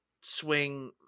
swing